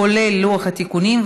כולל לוח התיקונים,